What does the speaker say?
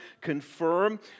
confirm